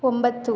ಒಂಬತ್ತು